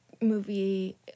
movie